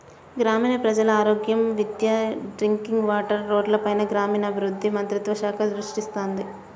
గ్రామీణ ప్రజల ఆరోగ్యం, విద్య, డ్రింకింగ్ వాటర్, రోడ్లపైన గ్రామీణాభివృద్ధి మంత్రిత్వ శాఖ దృష్టిసారిస్తుంది